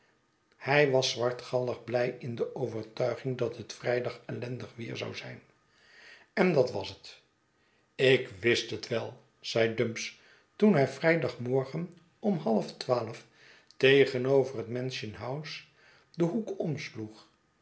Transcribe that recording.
hij was zwartgallig blij in deovertuiging dat het vrijdag ellendig weer zou zijn en dat was het ik wist het wel zeide dumps toen hij vrijdagmorgen om half twaalf tegenover het mansion house den hoek omsloeg